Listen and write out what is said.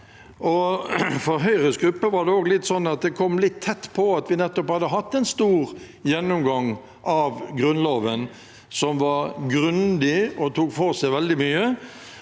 For Høyres gruppe var det slik at det kom litt tett på at vi nettopp hadde hatt en stor gjennomgang av Grunnloven, som var grundig og tok for seg veldig mye.